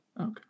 Okay